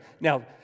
Now